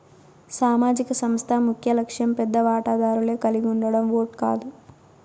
సామాజిక సంస్థ ముఖ్యలక్ష్యం పెద్ద వాటాదారులే కలిగుండడం ఓట్ కాదు